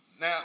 Now